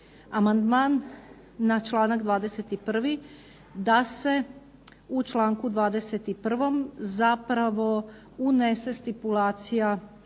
amandman na članak 21. da se u članku 21. zapravo unese stipulacija